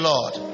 Lord